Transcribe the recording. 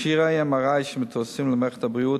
מכשירי ה-MRI שמתווספים למערכת הבריאות,